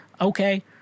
Okay